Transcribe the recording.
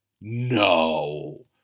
No